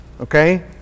Okay